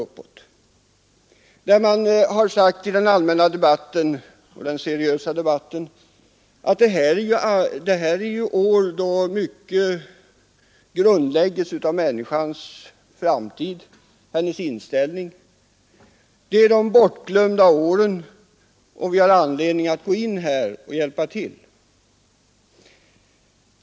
I den allmänna seriösa debatten har sagts att det är i denna ålder då mycket grundläggs av människans framtid och inställning. Det är de bortglömda åren, och vi har anledning att gå in och hjälpa till på den punkten.